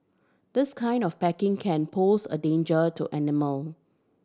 this kind of packaging can pose a danger to animal